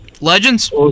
Legends